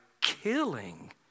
killing